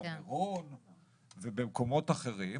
במירון ובמקומות אחרים,